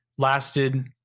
lasted